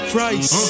Price